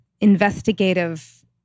investigative